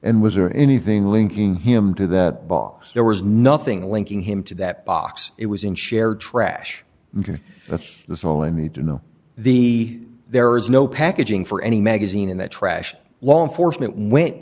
and was or anything linking him to that box there was nothing linking him to that box it was in shared trash of the soul in need to know the there is no packaging for any magazine in the trash law enforcement went